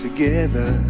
Together